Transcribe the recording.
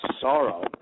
sorrow